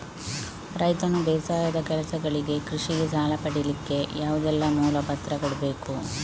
ರೈತನು ಬೇಸಾಯದ ಕೆಲಸಗಳಿಗೆ, ಕೃಷಿಗೆ ಸಾಲ ಪಡಿಲಿಕ್ಕೆ ಯಾವುದೆಲ್ಲ ಮೂಲ ಪತ್ರ ಕೊಡ್ಬೇಕು?